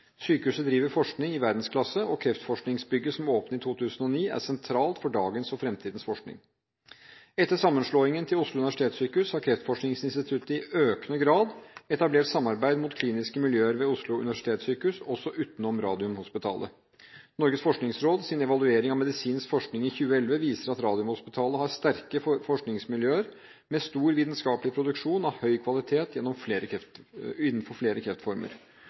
Sykehuset driver forskning i verdensklasse. Kreftforskningsbygget som åpnet i 2009, er sentralt for dagens og fremtidens forskning. Etter sammenslåingen til Oslo universitetssykehus har kreftforskningsinstituttet i økende grad etablert samarbeid mot kliniske miljøer ved Oslo universitetssykehus – også utenom Radiumhospitalet. Norges forskningsråds evaluering av medisinsk forskning i 2011 viser at Radiumhospitalet har sterke forskningsmiljøer med stor vitenskapelig produksjon av høy kvalitet innenfor flere